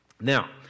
Now